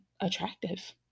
attractive